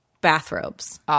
bathrobes